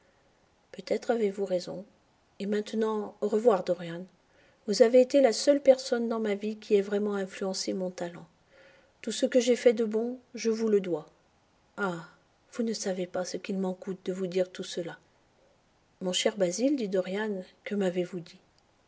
peut-être avez-vous raison et maintenant au revoir dorian vous avez été la seule personne dans ma vie qui ait vraiment influencé mon talent tout ce que j'ai fait de bon je vous le dois ah vous ne savez pas ce qu'il m'en coûte de vous dire tout cela mon cher basil dit dorian que m'avez-vous dit